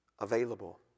Available